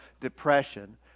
depression